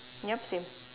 yup same